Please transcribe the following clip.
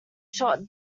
shot